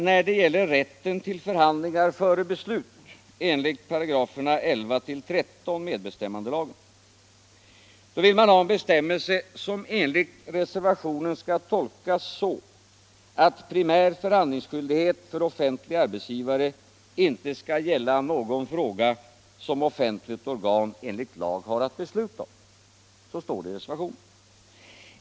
När det gäller rätten till förhandlingar före beslut enligt 11-13 §§ medbestämmandelagen vill man ha en bestämmelse som enligt reservationen skall tolkas så, att primär förhandlingsskyldighet för offentliga arbetsgivare inte skall gälla någon fråga som offentligt organ 137 enligt lag har att besluta om. Så står det i reservationen.